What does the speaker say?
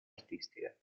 artistiche